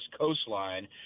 coastline